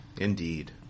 Indeed